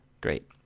Great